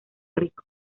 rico